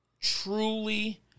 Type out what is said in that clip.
truly